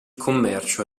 commercio